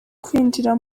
kwinjira